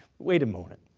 wait a moment.